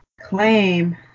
claim